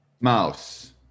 Mouse